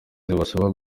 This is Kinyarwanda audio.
basabwaga